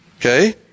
Okay